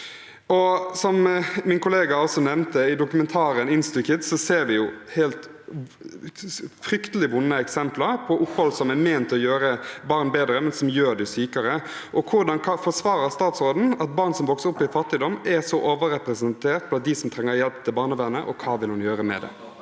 Som min kollega også nevnte: I dokumentaren Instukids ser vi helt fryktelig vonde eksempler på opphold som er ment å gjøre barn bedre, men som gjør dem sykere. Hvordan forsvarer statsråden at barn som vokser opp i fattigdom, er så overrepresentert blant dem som trenger hjelp fra barnevernet, og hva vil hun gjøre med det?